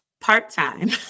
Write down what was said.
part-time